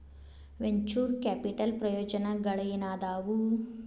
venture capital ಪ್ರಯೋಜನಗಳೇನಾದವ